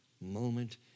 moment